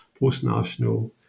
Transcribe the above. postnational